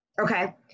Okay